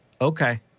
Okay